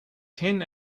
ten